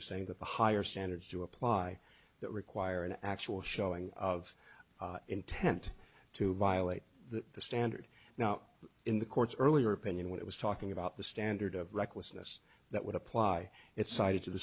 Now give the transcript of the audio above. e saying that the higher standards do apply that require an actual showing of intent to violate the standard now in the court's earlier opinion when it was talking about the standard of recklessness that would apply it cited to the